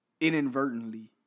inadvertently